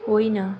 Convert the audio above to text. होइन